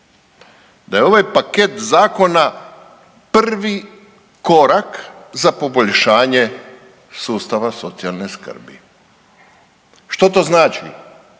da je ovaj paket zakona prvi korak za poboljšanje sustava socijalne skrbi. Što to znači?